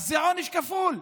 אז זה עונש כפול,